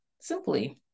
simply